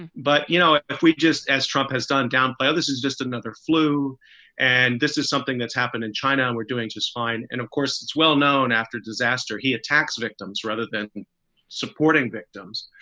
but, you know, if we just, as trump has done downplay all this is just another flu and this is something that's happened in china. we're doing just fine. and of course, it's well known after disaster. he attacks victims rather than supporting victims.